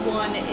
one